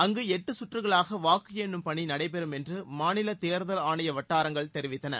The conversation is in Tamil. அங்கு எட்டு சுற்றுகளாக வாக்கு எண்ணும் பணி நடைபெறும் என்று மாநில தேர்தல் ஆணைய வட்டாரங்கள் தெரிவித்தன